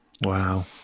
Wow